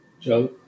Joe